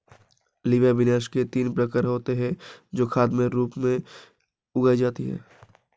lima beans के तीन प्रकार होते हे जो खाद के रूप में उगाई जाती हें